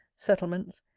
settlements,